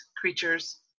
creatures